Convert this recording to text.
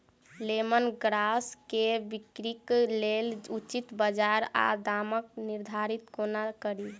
Lemon grass केँ बिक्रीक लेल उचित बजार आ दामक निर्धारण कोना कड़ी?